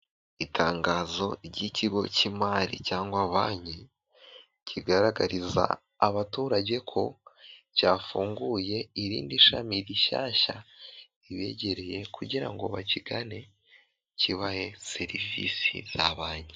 Itangazo ry'ikigo cy'imari cyangwa banki, kigaragariza abaturage ko cyafunguye irindi shami rishyashya ribegereye, kugira ngo bakigane, kibahe serivisi za banki.